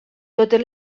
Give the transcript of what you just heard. totes